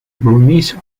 burmese